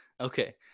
Okay